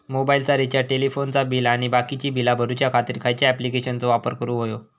मोबाईलाचा रिचार्ज टेलिफोनाचा बिल आणि बाकीची बिला भरूच्या खातीर खयच्या ॲप्लिकेशनाचो वापर करूक होयो?